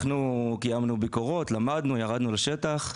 קיימנו ביקורות, למדנו וירדנו לשטח,